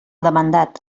demandat